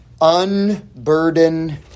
unburden